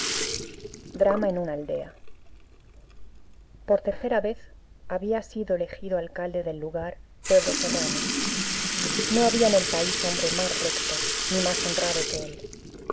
del fausto por tercera vez había sido elegido alcalde del lugar pedro serrano no había en el país hombre más recto ni más honrado que él